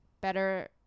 better